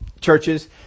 churches